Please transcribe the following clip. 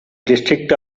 district